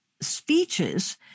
speeches